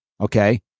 okay